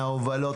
מההובלות?